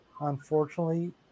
Unfortunately